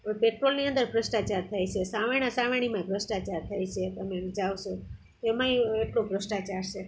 પેટ્રોલની અંદર ભ્રષ્ટાચાર થાય છે સાવેણા સાવેણીમાં એ ભ્રષ્ટાચાર થાય છે તમે વિચારો છો તો એમાંય એટલો ભ્રષ્ટાચાર છે